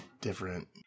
different